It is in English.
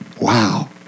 Wow